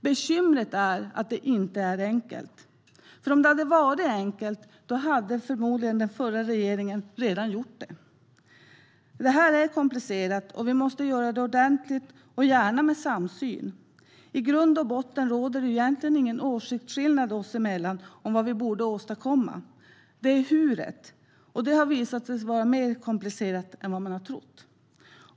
Bekymret är att det inte är enkelt. Hade det varit enkelt hade den förra regeringen förmodligen redan gjort det. Detta är komplicerat, och vi måste göra det ordentligt - gärna med samsyn. I grund och botten råder det egentligen ingen åsiktsskillnad oss emellan om vad vi borde åstadkomma, utan det gäller hur det ska göras. Det har visat sig mer komplicerat än man har trott.